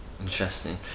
Interesting